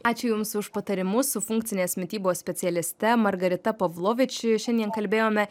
ačiū jums už patarimus su funkcinės mitybos specialiste margarita pavlovič šiandien kalbėjome